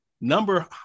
number